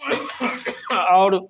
आओर